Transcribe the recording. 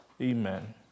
amen